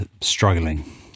struggling